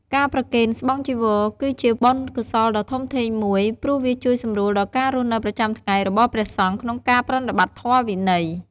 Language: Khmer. ការប្រគេនស្បង់ ចីវរ គឺជាបុណ្យកុសលដ៏ធំធេងមួយ ព្រោះវាជួយសម្រួលដល់ការរស់នៅប្រចាំថ្ងៃរបស់ព្រះសង្ឃក្នុងការប្រតិបត្តិធម៌វិន័យ។